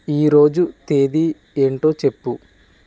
ఈ రోజు తేదీ ఏంటో చెప్పు